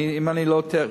אם אני לא טועה,